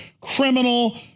Criminal